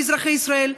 אתה מנותק מאזרחי ישראל,